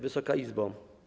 Wysoka Izbo!